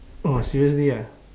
oh seriously ah